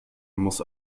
muss